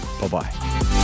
Bye-bye